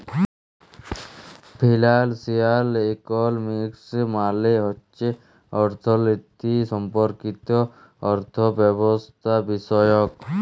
financial economics মালে হছে অথ্থলিতি সম্পর্কিত অথ্থব্যবস্থাবিষয়ক